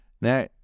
Now